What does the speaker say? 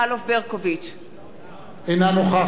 אינה נוכחת שלום שמחון,